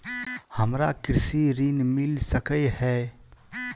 हमरा कृषि ऋण मिल सकै है?